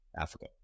Africa